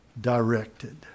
directed